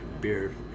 beer